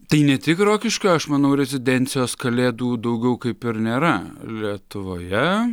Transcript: tai ne tik rokiškio aš manau rezidencijos kalėdų daugiau kaip ir nėra lietuvoje